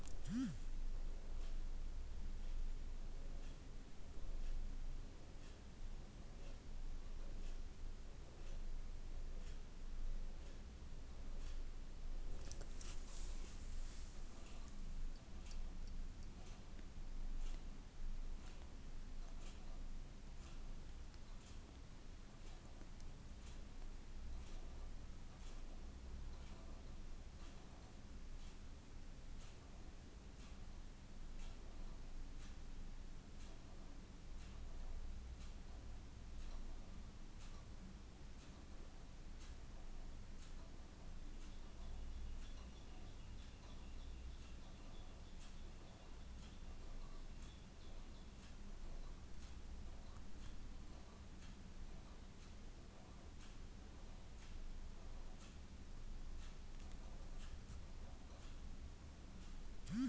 ಕರು ಎಂದರೆ ಹಸುವಿನ ಮರಿ, ಬೆಳೆದು ದೊಡ್ದವಾದ ದನಗಳನ್ಗನು ಬೇಸಾಯಕ್ಕೆ ಸಾಕ್ತರೆ